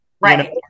Right